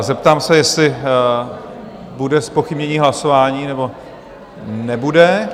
Zeptám se, jestli bude zpochybněno hlasování, nebo nebude?